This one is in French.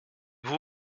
vous